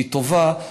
שהיא טובה.